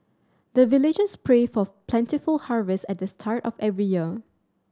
the villagers pray for plentiful harvest at the start of every year